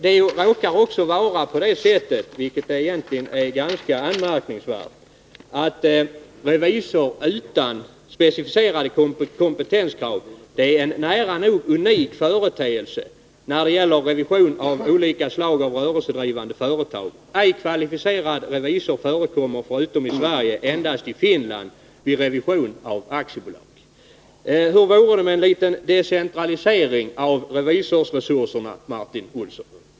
Det råkar också vara så, vilket egentligen är ganska anmärkningsvärt, att en revisor som inte uppfyller specificerade kompetenskrav är en nära nog unik företeelse när det gäller revisioner av olika slag i rörelsedrivande företag. Ej kvalificerad revisor vid revision av aktiebolag förekommer förutom i Sverige endast i Finland. Hur vore det med en liten decentralisering av revisorresurserna, Martin Olsson?